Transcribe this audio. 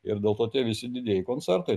ir dėl to tie visi didieji koncertai